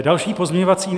Další pozměňovací...